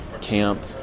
camp